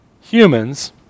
humans